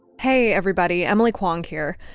hey, everybody. emily kwong here.